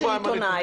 לא בא עם הנתונים.